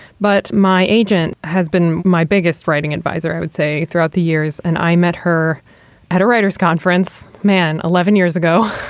but my agent has been my biggest writing advisor, i would say, throughout the years. and i met her at a writer's conference. man, eleven years ago.